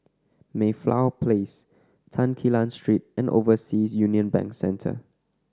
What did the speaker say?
Mayflower Place Tan Quee Lan Street and Overseas Union Bank Centre